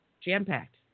jam-packed